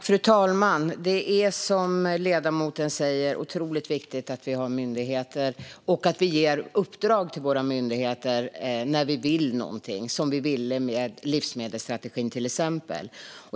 Fru talman! Som ledamoten säger är det otroligt viktigt att vi har myndigheter och att vi ger uppdrag till våra myndigheter när vi vill någonting, som med livsmedelsstrategin, till exempel.